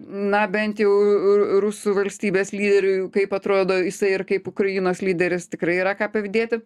na bent jau rusų valstybės lyderiui kaip atrodo jisai ir kaip ukrainos lyderis tikrai yra ką pavydėti